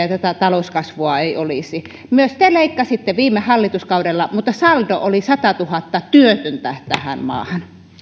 ja tätä talouskasvua ei olisi myös te leikkasitte viime hallituskaudella mutta saldo oli satatuhatta työtöntä tähän maahan